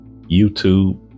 YouTube